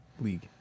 League